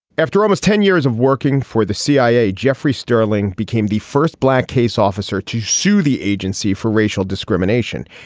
after almost ten years of working for the cia, jeffrey sterling became the first black case officer to sue the agency for racial discrimination.